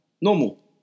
normal